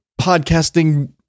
podcasting